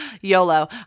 YOLO